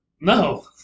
No